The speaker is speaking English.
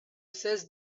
says